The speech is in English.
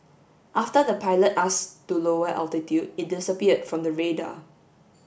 after the pilot ask to lower altitude it disappeared from the radar